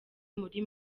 muri